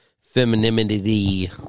femininity